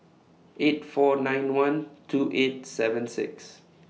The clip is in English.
eight four nine one two eight seven six